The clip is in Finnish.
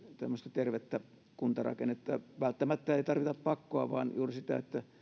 tervettä kuntarakennetta välttämättä ei tarvita pakkoa vaan juuri sitä että